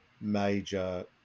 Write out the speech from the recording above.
major